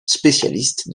spécialiste